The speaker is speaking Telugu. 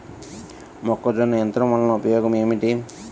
మొక్కజొన్న యంత్రం వలన ఉపయోగము ఏంటి?